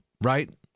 right